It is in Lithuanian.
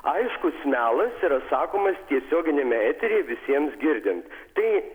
aiškus melas yra sakomas tiesioginiame eteryje visiems girdint tai